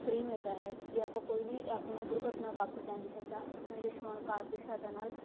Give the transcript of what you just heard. free ਮਿਲਦਾ ਹੈ ਜੇ ਆਪਾਂ ਕੋਈ ਵੀ ਆਪਣਾ ਦੁਰਘਟਨਾ ਵਾਪਰ ਜਾਂਦੀ ਹੈ ਤਾਂ ਆਯੁਸ਼ਮਾਨ ਕਾਰਡ ਦੀ ਸਹਾਇਤਾ ਨਾਲ